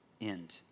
end